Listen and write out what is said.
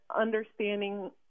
understanding